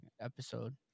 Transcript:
episode